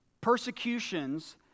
persecutions